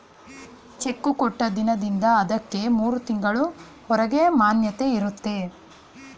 cheque ಕೊಟ್ಟ ದಿನದಿಂದ ಅದಕ್ಕೆ ಮೂರು ತಿಂಗಳು ಹೊರಗೆ ಮಾನ್ಯತೆ ಇರುತ್ತೆ